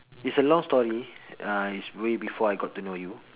it's a long story uh it's way before I got to know you